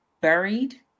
buried